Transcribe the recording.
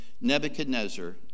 Nebuchadnezzar